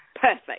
Perfect